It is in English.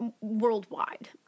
worldwide